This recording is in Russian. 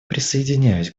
присоединяюсь